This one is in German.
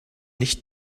nicht